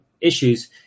issues